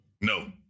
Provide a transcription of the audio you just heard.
No